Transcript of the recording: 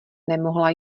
nemohla